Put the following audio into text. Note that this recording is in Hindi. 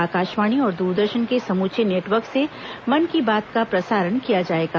आकाशवाणी और द्रदर्शन के समूचे नेटवर्क से मन की बात का प्रसारण किया जाएगा